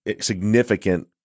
significant